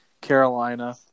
Carolina